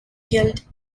killed